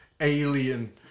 Alien